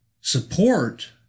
support